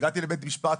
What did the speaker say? הגעתי לבית משפט